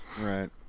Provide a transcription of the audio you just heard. right